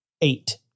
eight